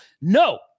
No